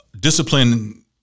Discipline